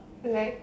like